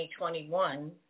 2021